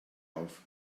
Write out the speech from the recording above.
auf